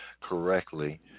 correctly